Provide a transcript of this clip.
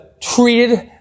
treated